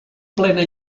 plena